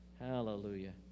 Hallelujah